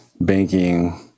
banking